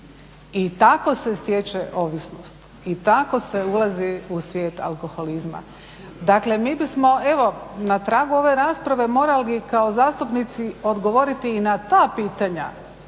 i tako se stječe ovisnost i tako se ulazi u svijet alkoholizma. Dakle mi bismo evo na tragu ove rasprave morali kao zastupnici odgovoriti i na ta pitanja.